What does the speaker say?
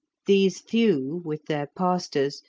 these few, with their pastors,